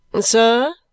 Sir